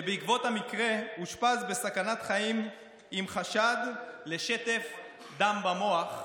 ובעקבות המקרה אושפז בסכנת חיים עם חשד לשטף דם במוח.